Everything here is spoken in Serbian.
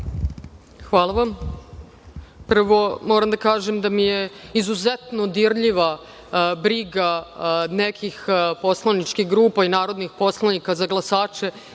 Hvala vam. Prvo, moram da kažem da mi je izuzetno dirljiva briga nekih poslaničkih grupa i narodnih poslanika za glasače